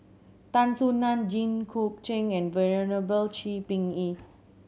Tan Soo Nan Jit Koon Ch'ng and Venerable Shi Ming Yi